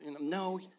No